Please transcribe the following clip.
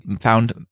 found